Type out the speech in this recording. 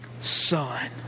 son